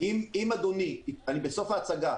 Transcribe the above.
אני בסוף ההצגה.